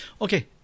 Okay